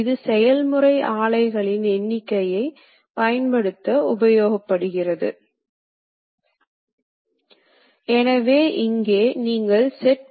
இயந்திரம் ஒரு முறை சரியாக அமைக்கப்பட்டால் அது எந்த தவறும் தோல்வியும் இல்லாமல் வேலை செய்து பாகங்களை உற்பத்தி செய்யும்